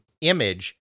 image